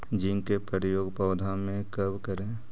Zinc के प्रयोग पौधा मे कब करे?